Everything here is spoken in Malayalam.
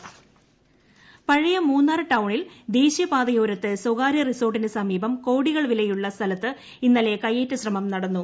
കയ്യേറ്റം പഴയ മൂന്നാർ ടൌണിൽ ദേശീയപാതയോരത്ത് സ്വകാര്യ റിസോർട്ടിന് സമീപം കോടികൾ വിലയുള്ള സ്ഥലത്ത് ഇന്നലെ കൈയ്യേറ്റശ്രമം നടന്നു